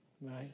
right